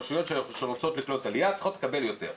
רשויות שרוצות לקלוט עלייה צריכות לקבל יותר,